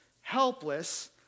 helpless